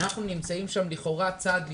אנחנו נמצאים שם לכאורה צעד לפני.